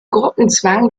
gruppenzwang